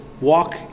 walk